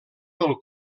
del